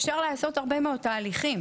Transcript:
אפשר לעשות הרבה מאוד תהליכים.